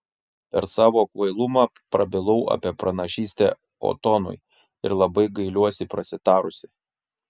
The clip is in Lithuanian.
per savo kvailumą prabilau apie pranašystę otonui ir labai gailiuosi prasitarusi